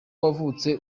wavutse